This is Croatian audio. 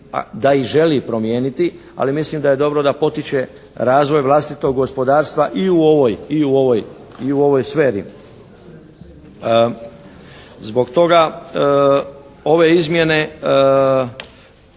ih i želi promijeniti, ali mislim da je dobro da potiče razvoj vlastitog gospodarstva i u ovoj sferi. Zbog toga ove izmjene